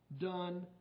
done